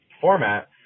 format